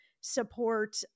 support